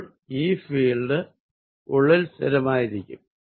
അപ്പോൾ E field ഉള്ളിൽ സ്ഥിരമായിരിക്കും